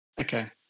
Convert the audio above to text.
okay